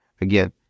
Again